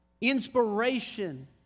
inspiration